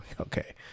Okay